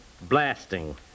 blasting